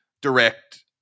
direct